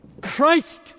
Christ